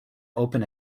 open